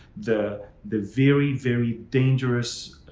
the the very, very dangerous,